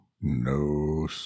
no